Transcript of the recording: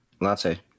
Latte